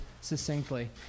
succinctly